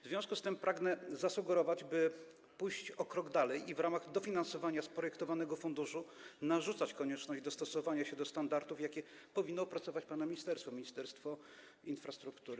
W związku z tym pragnę zasugerować, by pójść krok dalej i w ramach dofinansowania z projektowanego funduszu narzucić konieczność dostosowania się do standardów, jakie powinno opracować pana ministerstwo, Ministerstwo Infrastruktury.